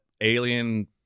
alien